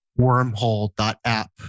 Wormhole.app